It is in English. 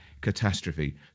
catastrophe